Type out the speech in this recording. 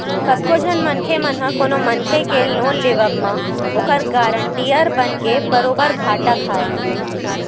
कतको झन मनखे मन ह कोनो मनखे के लोन लेवब म ओखर गारंटर बनके बरोबर घाटा खाय हवय